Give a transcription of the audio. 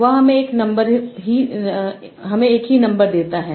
वह हमें एक ही नंबर देता है